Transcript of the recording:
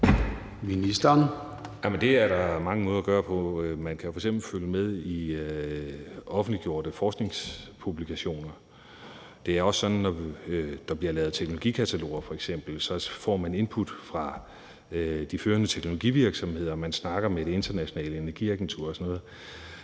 det er der mange måder at gøre på. Man kan f.eks. følge med i offentliggjorte forskningspublikationer. Det er også sådan, at når der bliver lavet teknologikataloger f.eks., så får man input fra de førende teknologivirksomheder, og man snakker med Det Internationale Energiagentur og sådan noget.